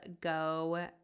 go